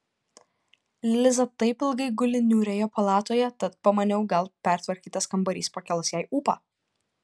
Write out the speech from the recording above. liza taip ilgai guli niūrioje palatoje tad pamaniau gal pertvarkytas kambarys pakels jai ūpą